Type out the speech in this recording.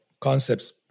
concepts